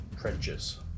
trenches